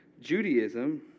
Judaism